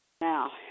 Now